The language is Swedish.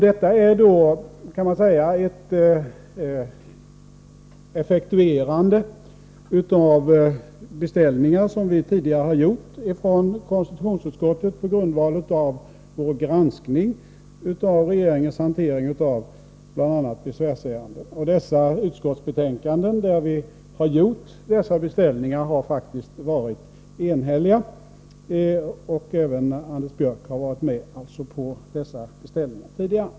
Detta kan sägas vara ett effektuerande av beställningar som konstitutionsutskottet tidigare har gjort på grundval av dess granskning av regeringens hantering av bl.a. besvärsärenden. De utskottsbetänkanden i vilka dessa beställningar har gjorts har faktiskt varit enhälliga. Även Anders Björck har alltså ställt sig bakom dessa beställningar.